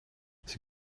sie